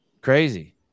Crazy